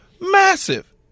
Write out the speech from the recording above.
Massive